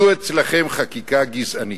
זו אצלכם חקיקה גזענית.